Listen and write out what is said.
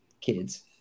kids